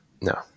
no